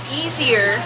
easier